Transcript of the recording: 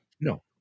No